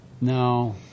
No